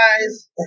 guys